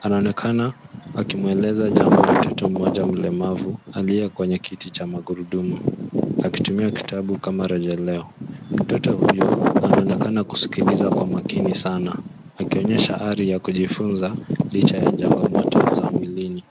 anaonekana akimweleza jambo mtoto mmoja mlemavu aliye kwenye kiti cha magurudumu akitumia kitabu kama rejeleo. Mtoto huyo anaonekana kuskiliza kwa makini sana akionyesha ari ya kujifunza licha ya changamoto za mwilini.